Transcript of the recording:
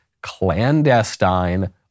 clandestine